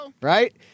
Right